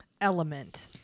element